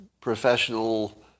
professional